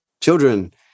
children